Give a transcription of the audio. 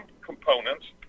components